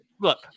look